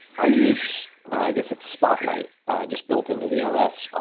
i use i guess its spotlight just built into the os. ah